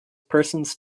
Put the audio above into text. persons